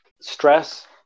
stress